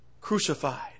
crucified